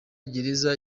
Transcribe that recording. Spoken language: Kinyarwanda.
gereza